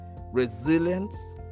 resilience